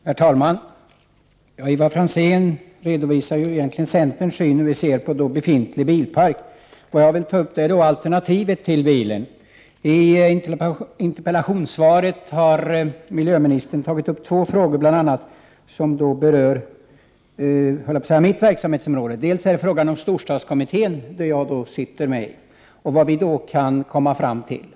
Herr talman! Vad Ivar Franzén egentligen redovisar är centerns syn på den befintliga bilparken. Men jag vill säga något om alternativet till bilen. I interpellationssvaret tar miljöministern upp två saker som bl.a. berör, skulle jag vilja säga, mitt verksamhetsområde. För det första är det fråga om storstadstrafikkommittén — jag sitter själv med i denna — och om vad vi där kan komma fram till.